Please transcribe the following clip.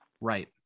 Right